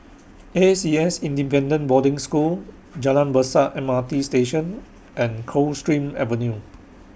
A C S Independent Boarding School Jalan Besar M R T Station and Coldstream Avenue